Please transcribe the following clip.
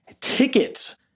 tickets